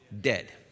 Dead